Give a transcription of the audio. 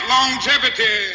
Longevity